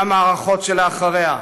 והמערכות שלאחריה.